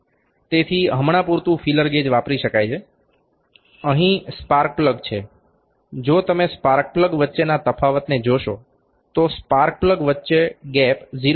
તેથી હમણાં પૂરતું ફીલર ગેજ વાપરી શકાય છે અહીં સ્પાર્ક પ્લગ છે જો તમે સ્પાર્ક પ્લગ વચ્ચેના તફાવતને જોશો તો સ્પાર્ક પ્લગ વચ્ચે ગેપ 0